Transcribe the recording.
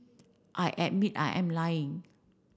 I admit I am lying